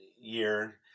year